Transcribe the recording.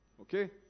Okay